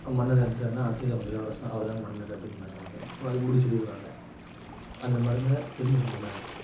மன்னர் இறந்துட்டாருன்னா அடுத்தது அவங்க இளவரசன் அவர் தான் மன்னர் அப்படிம்பாங்க அது முடி சூடிடுவாங்க அந்த மாதிரி தான் இருந்தது மன்னர் ஆட்சி